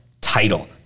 title